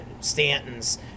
stanton's